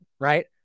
right